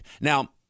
Now